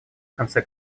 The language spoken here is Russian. конце